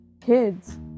kids